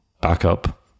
backup